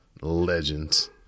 legends